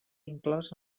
inclòs